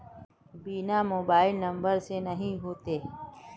बिना mobile number से नहीं होते?